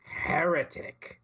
Heretic